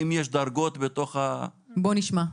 בואו נשמע.